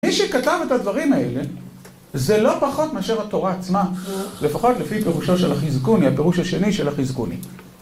‫מי שכתב את הדברים האלה, ‫זה לא פחות מאשר התורה עצמה, ‫לפחות לפי פירושו של החיזקוני, ‫הפירוש השני של החיזקוני.